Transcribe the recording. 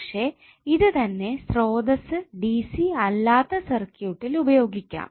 പക്ഷേ ഇതു തന്നെ സ്രോതസ്സ് ഡിസി അല്ലാത്ത സർക്യൂട്ടിൽ ഉപയോഗിക്കാം